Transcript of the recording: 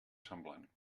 semblant